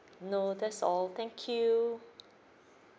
no that's all thank you